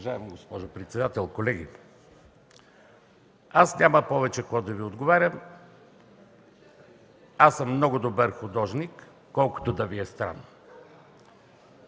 Уважаема госпожо председател, колеги! Няма повече какво да Ви отговарям. Аз съм много добър художник, колкото и да Ви е странно.